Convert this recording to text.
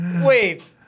Wait